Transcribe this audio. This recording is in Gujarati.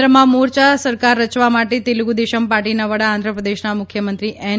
કેન્દ્રમાં મોરચા સરકાર રચવા માટે તેલુગુ દેશમ પાર્ટીના વડા આંધ્રપ્રદેશના મુખ્યમંત્રી એન